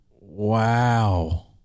Wow